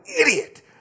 idiot